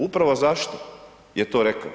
Upravo zašto je to rekao?